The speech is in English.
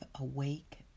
awake